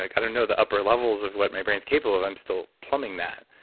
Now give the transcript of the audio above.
like i didn't know the upper levels of what my brain is capable of. i'm still pluming that.